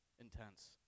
intense